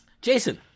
Jason